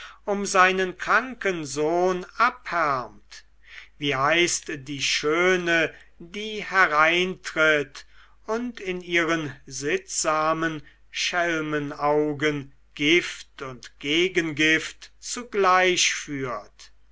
um seinen kranken sohn abhärmt wie heißt die schöne die hereintritt und in ihren sittsamen schelmenaugen gift und gegengift zugleich führt